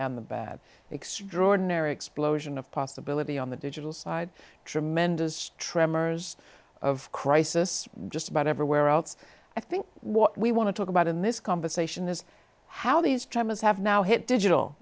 and the bad extraordinary explosion of possibility on the digital side tremendous tremors of crisis just about everywhere else i think what we want to talk about in this conversation is how these traumas have now hit digital